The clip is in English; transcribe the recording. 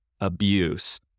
abuse